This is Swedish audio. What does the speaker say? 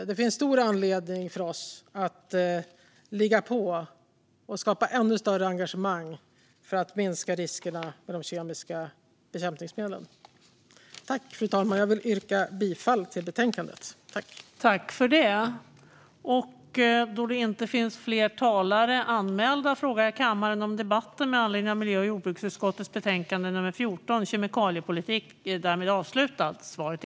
Det finns stor anledning för oss att ligga på och skapa ännu större engagemang för att minska riskerna med de kemiska bekämpningsmedlen. Jag vill yrka bifall till utskottets förslag.